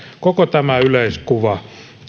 koko tämä yleiskuva